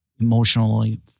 emotionally